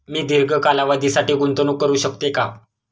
मी दीर्घ कालावधीसाठी गुंतवणूक करू शकते का?